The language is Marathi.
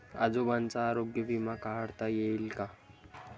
आजोबांचा आरोग्य विमा काढता येईल का?